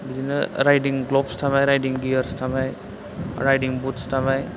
बिदिनो राइदिं ग्लबस थाबाय राइदिं गियारस थाबाय राइदिं बुटस थाबाय